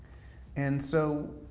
and so,